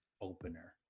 opener